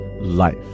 life